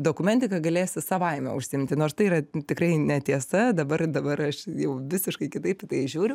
dokumentika galėsi savaime užsiimti nors tai yra tikrai netiesa dabar dabar aš jau visiškai kitaip į tai žiūriu